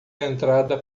entrada